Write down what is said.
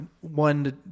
one